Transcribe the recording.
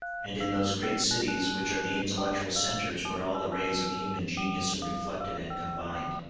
and in those great cities which are the intellectual centres where all the rays of human genius are reflected and combined.